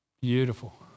Beautiful